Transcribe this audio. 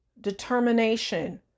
determination